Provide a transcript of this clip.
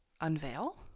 unveil